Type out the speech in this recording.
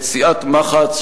את סיעת מח"ץ,